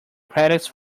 credits